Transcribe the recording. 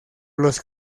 los